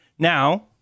Now